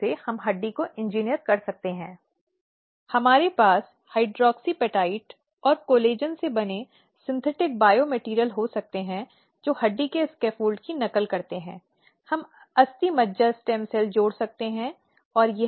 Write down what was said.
इसलिए यहां अधिनियम निर्दिष्ट करता है कि 60 दिनों के भीतर नियोक्ता को सिफारिश पर कार्रवाई करने की आवश्यकता होती है इसलिए यह समय रेखा है जिसे वहां रखा गया है